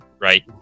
right